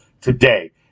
today